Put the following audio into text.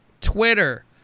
Twitter